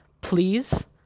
please